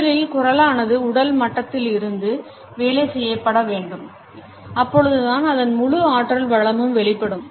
முதலில் குரலானது உடல் மட்டத்தில் இருந்து வேலை செய்யப்பட வேண்டும் அப்பொழுது தான் அதன் முழு ஆற்றல் வளமும் வெளிப்படும்